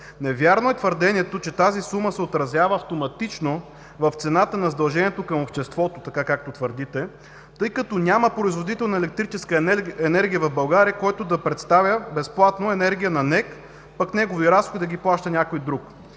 Невярно е твърдението, че тази сума се отразява автоматично в цената на задължението към обществото така, както твърдите, тъй като няма производител на електрическа енергия в България, който да представя безплатно енергия на НЕК, пък неговия разход да го плаща някой друг.